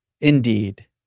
indeed